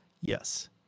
Yes